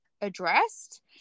addressed